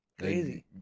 Crazy